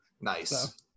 Nice